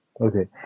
Okay